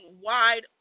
wide